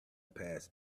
passed